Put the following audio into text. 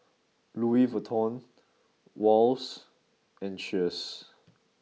Louis Vuitton Wall's and Cheers